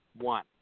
one